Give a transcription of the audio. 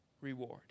reward